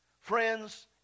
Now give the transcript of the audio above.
Friends